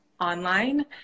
online